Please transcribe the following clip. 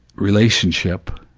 relationship,